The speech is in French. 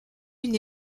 une